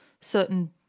certain